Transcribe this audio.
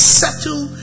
settle